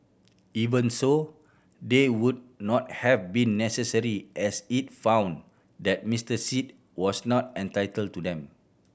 even so they would not have been necessary as it found that Mister Sit was not entitled to them